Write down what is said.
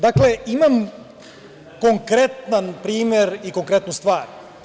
Dakle, imam konkretan primer i konkretnu stvar.